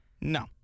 No